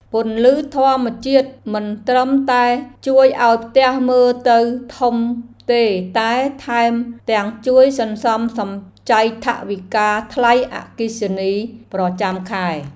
ពន្លឺធម្មជាតិមិនត្រឹមតែជួយឱ្យផ្ទះមើលទៅធំទេតែថែមទាំងជួយសន្សំសំចៃថវិកាថ្លៃអគ្គិសនីប្រចាំខែ។